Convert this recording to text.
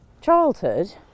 childhood